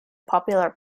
popular